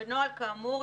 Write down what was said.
בנוהל כאמור,